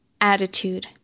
Attitude